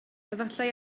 efallai